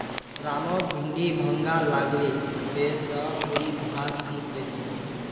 रामक भिंडी महंगा लागले वै स उइ वहाक नी खरीदले